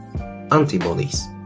Antibodies